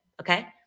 okay